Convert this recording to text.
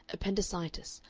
appendicitis,